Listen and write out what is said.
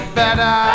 better